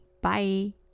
Bye